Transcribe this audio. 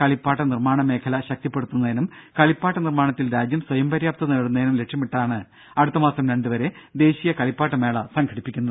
കളിപ്പാട്ട നിർമ്മാണ മേഖല ശക്തിപ്പെടുത്തുന്നതിനും കളിപ്പാട്ട നിർമ്മാണത്തിൽ രാജ്യം സ്വയം പര്യാപ്തത നേടുന്നതിനും ലക്ഷ്യമിട്ടാണ് അടുത്തമാസം രണ്ടു വരെ ദേശീയ കളിപ്പാട്ട മേള സംഘടിപ്പിക്കുന്നത്